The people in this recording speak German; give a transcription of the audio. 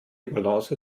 balance